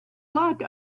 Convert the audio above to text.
luck